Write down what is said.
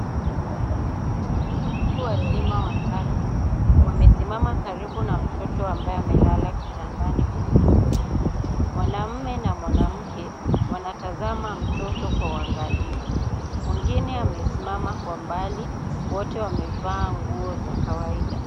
Watu wazima watatu wamesimama karibu na mtoto ambaye amelala kitandani hospitalini. Mwanamume na mwanamke wanamtazama mtoto kwa uangalifu. Mwingine amesimama kwa mbali, wote wamevaa nguo za kawaida.